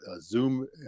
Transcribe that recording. zoom